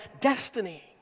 destiny